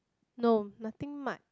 no nothing much